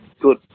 good